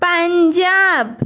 Punjab